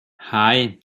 hei